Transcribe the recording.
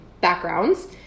backgrounds